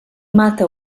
mata